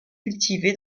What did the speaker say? cultivé